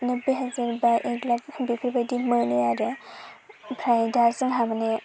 बिदिनो बेहाय जेनबा एक लाख गाहाम बेफोर बायदि मोनो आरो ओमफ्राय दा जोंहा बोने